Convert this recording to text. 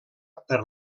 per